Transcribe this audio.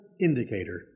indicator